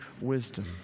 wisdom